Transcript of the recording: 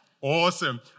Awesome